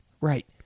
Right